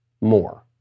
more